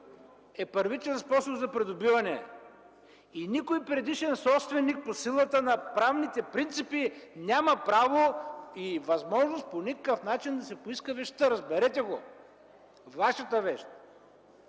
е първичен способ за придобиване. И никой предишен собственик по силата на правните принципи няма право и възможност по никакъв начин да си поиска вещта. Разберете го! Вашата вещ!